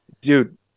Dude